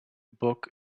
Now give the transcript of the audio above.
book